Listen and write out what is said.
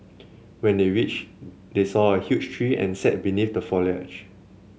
when they reach they saw a huge tree and sat beneath the foliage